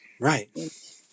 Right